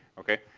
okay?